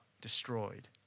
destroyed